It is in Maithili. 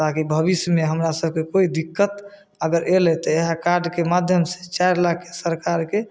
ताकि भविष्यमे हमरासभके कोइ दिक्कत अगर अएलै तऽ वएह कार्डके माध्यम से चारि लाखके सरकारके